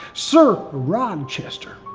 sir rochester.